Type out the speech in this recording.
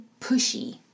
pushy